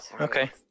Okay